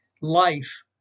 life